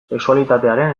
sexualitatearen